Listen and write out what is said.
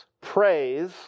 praise